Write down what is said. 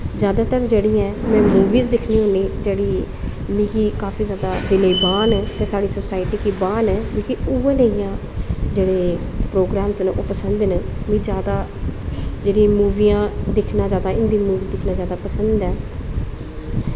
जैदातर जेह्ड़ी ऐ में मूविस दिक्खनी होन्नी जेह्ड़ी मिगी काफी जादा दिले गी भाह्न साढ़ी सोसाइटी गी भाह्न केह् कि उऐ नेहियां जेह्ड़े प्रोग्राम न ओह् पसंद न मीं जादा जेह्ड़ियां मूबियां दिक्खना जैदा हिन्दी मूवियां दिक्खना पसंद ऐ